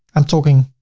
i'm talking